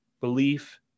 Belief